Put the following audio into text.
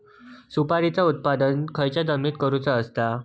सुपारीचा उत्त्पन खयच्या जमिनीत करूचा असता?